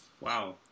Wow